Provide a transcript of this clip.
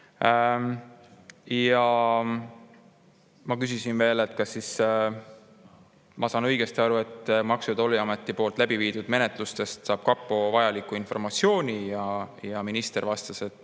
Ma küsisin veel, et kas ma saan õigesti aru, et Maksu- ja Tolliameti poolt läbiviidud menetlustest saab kapo vajalikku informatsiooni, ja minister vastas, et